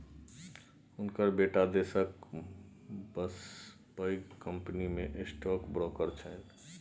हुनकर बेटा देशक बसे पैघ कंपनीमे स्टॉक ब्रोकर छनि